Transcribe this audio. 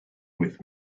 with